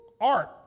art